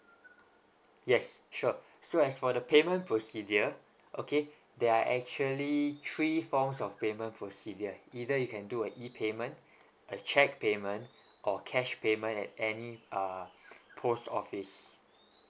yes sure so as for the payment procedure okay there are actually three forms of payment procedure either you can do a e payment a check payment or cash payment at any uh post office